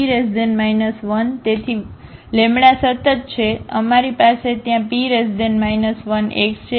તેથી λ સતત છે તેથી અમારી પાસે ત્યાંP 1x છે